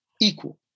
Equal